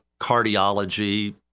cardiology